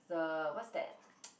the what's that